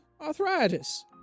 arthritis